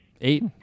Eight